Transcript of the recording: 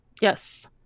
Yes